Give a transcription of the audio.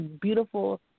beautiful